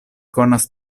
konas